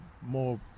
more